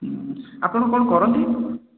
ଆପଣ କ'ଣ କରନ୍ତି